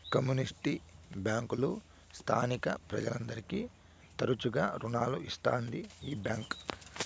community బ్యాంకులు స్థానిక ప్రజలందరికీ తరచుగా రుణాలు ఇత్తాది ఈ బ్యాంక్